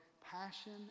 passion